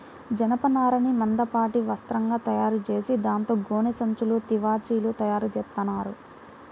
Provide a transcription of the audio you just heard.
జనపనారని మందపాటి వస్త్రంగా తయారుచేసి దాంతో గోనె సంచులు, తివాచీలు తయారుచేత్తన్నారు